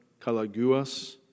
Kalaguas